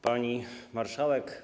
Pani Marszałek!